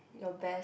your best